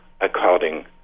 according